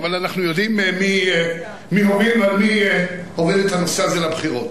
אבל אנחנו יודעים מי הוביל את הנושא הזה לבחירות.